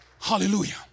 Hallelujah